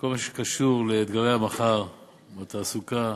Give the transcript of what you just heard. בכל מה שקשור לאתגרי המחר בתעסוקה,